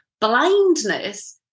blindness